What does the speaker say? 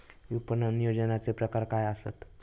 विपणन नियोजनाचे प्रकार काय आसत?